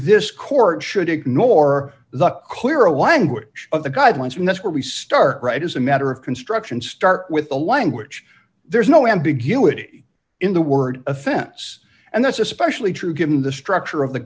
this court should ignore the clear a wang which of the guidelines from that's where we start right as a matter of construction start with the language there's no ambiguity in the word offense and that's especially true given the structure